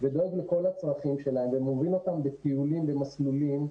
ודואג לכל הפרטים ומוביל אותם בטיולים ובמסלולים,